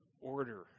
order